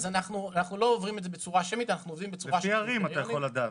אנחנו לא עוברים על זה בצורה שמית --- לפי ערים אנחנו יכולים לדעת.